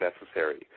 necessary